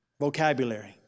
vocabulary